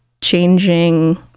changing